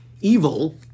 evil